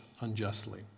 unjustly